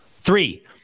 Three